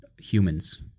humans